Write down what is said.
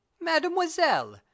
Mademoiselle